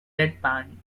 deadpanned